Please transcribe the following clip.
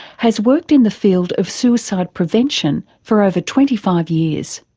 has worked in the field of suicide prevention for over twenty five years.